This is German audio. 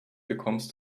bekommst